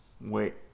Wait